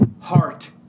heart